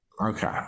okay